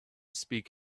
speak